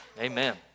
Amen